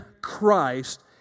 Christ